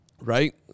Right